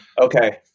Okay